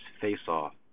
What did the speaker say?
face-off